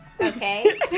Okay